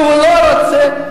שלא רוצה,